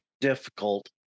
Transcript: difficult